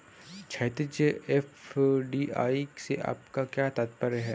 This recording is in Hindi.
क्षैतिज, एफ.डी.आई से आपका क्या तात्पर्य है?